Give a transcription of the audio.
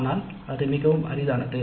ஆனால் அது மிகவும் அரிதானது